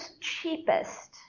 cheapest